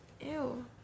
ew